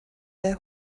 their